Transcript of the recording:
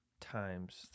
times